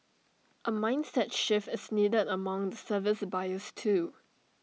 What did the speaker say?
A mindset shift is needed among the service buyers too